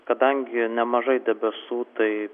kadangi nemažai debesų tai